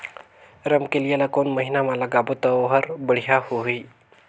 रमकेलिया ला कोन महीना मा लगाबो ता ओहार बेडिया होही?